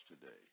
today